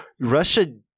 Russia